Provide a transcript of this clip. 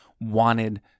wanted